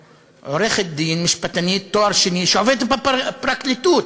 עורכת-דין, משפטנית, תואר שני, שעובדת בפרקליטות,